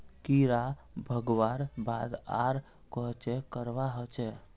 कीड़ा भगवार बाद आर कोहचे करवा होचए?